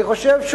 אני חושב,